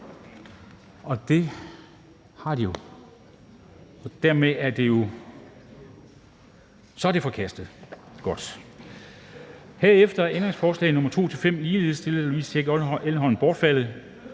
1 er forkastet.